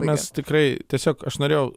mes tikrai tiesiog aš norėjau